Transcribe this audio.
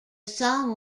song